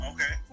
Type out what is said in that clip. Okay